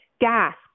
gas